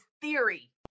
theory